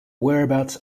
whereabouts